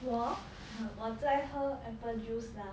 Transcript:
我我在喝 apple juice lah